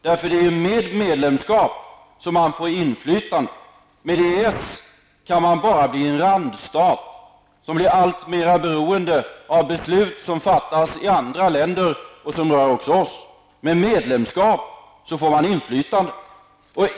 Det är ju med medlemskap som man får inflytande. Med EES kan man bara bli en randstat, som blir alltmer beroende av beslut som fattas i andra länder men som berör också oss. Det är med medlemskap som man får inflytande.